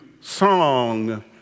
song